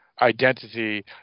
identity